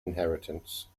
inheritance